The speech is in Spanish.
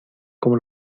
como